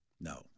No